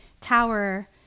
tower